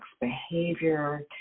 behavior